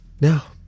now